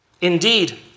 Indeed